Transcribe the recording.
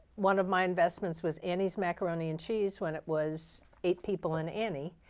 one of my investments was annie's macaroni and cheese when it was eight people and annie.